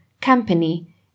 company